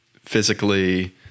physically